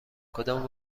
کدام